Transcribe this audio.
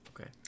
Okay